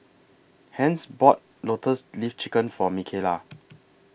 Hence bought Lotus Leaf Chicken For Mikaela